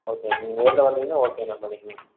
okay நீங்கள் நேரில் வந்திங்கனா ஓகேண்ணா பண்ணிக்கலாம்